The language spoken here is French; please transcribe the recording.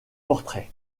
portraits